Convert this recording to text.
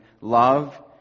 Love